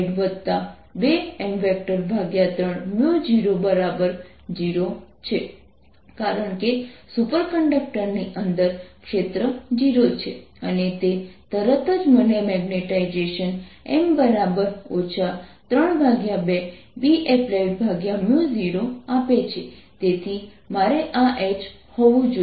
0 B0H MH M32 Bapplied0 H B કારણ કે superconductor ની અંદર ક્ષેત્ર 0 છે અને તે તરત જ મને મેગ્નેટાઇઝેશન M 32 Bapplied0 આપે છે તેથી મારે આ H હોવું જોઈએ